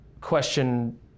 question